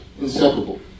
inseparable